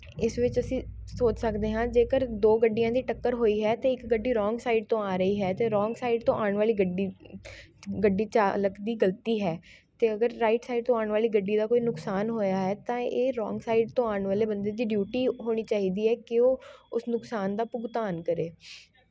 ਇਸ ਵਿੱਚ ਅਸੀਂ ਸੋਚ ਸਕਦੇ ਹਾਂ ਜੇਕਰ ਦੋ ਗੱਡੀਆਂ ਦੀ ਟੱਕਰ ਹੋਈ ਹੈ ਅਤੇ ਇੱਕ ਗੱਡੀ ਰੋਂਗ ਸਾਈਡ ਤੋਂ ਆ ਰਹੀ ਹੈ ਅਤੇ ਰੋਂਗ ਸਾਈਡ ਤੋਂ ਆਉਣ ਵਾਲੀ ਗੱਡੀ ਗੱਡੀ ਚਾਲਕ ਦੀ ਗਲਤੀ ਹੈ ਅਤੇ ਅਗਰ ਰਾਈਟ ਸਾਈਡ ਤੋਂ ਆਉਣ ਵਾਲੀ ਗੱਡੀ ਦਾ ਕੋਈ ਨੁਕਸਾਨ ਹੋਇਆ ਹੈ ਤਾਂ ਇਹ ਰੋਂਗ ਸਾਈਡ ਤੋਂ ਆਉਣ ਵਾਲੇ ਬੰਦੇ ਦੀ ਡਿਊਟੀ ਹੋਣੀ ਚਾਹੀਦੀ ਹੈ ਕਿ ਉਹ ਉਸ ਨੁਕਸਾਨ ਦਾ ਭੁਗਤਾਨ ਕਰੇ